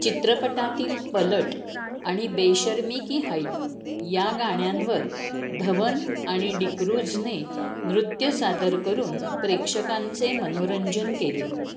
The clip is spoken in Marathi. चित्रपटातील पलट आणि बेशर्मी की हाईट या गाण्यांवर धवन आणि डिक्रूझने नृत्य सादर करून प्रेक्षकांचे मनोरंजन केले